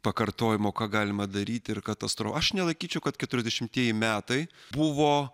pakartojimo ką galima daryti ir katastrofa aš nesakyčiau kad keturiasdešimtieji metai buvo